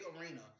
arena